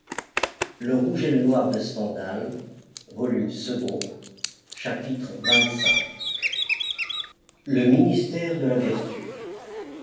chapitre xxv le ministère de la vertu